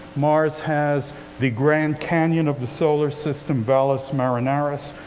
mars has the grand canyon of the solar system, valles marineris.